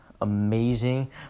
amazing